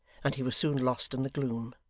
and he was soon lost in the gloom.